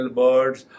birds